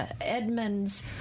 Edmonds